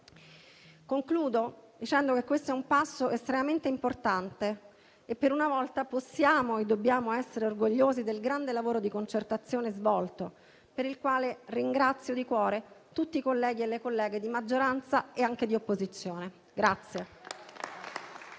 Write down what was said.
Concludo dicendo che questo è un passo estremamente importante e per una volta possiamo e dobbiamo essere orgogliosi del grande lavoro di concertazione svolto, per il quale ringrazio di cuore tutti i colleghi e le colleghe di maggioranza e anche di opposizione.